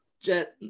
jet